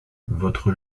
votre